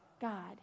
God